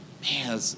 Man